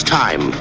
time